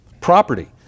property